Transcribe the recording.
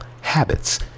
habits